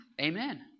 amen